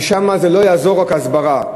ושם לא תעזור רק הסברה,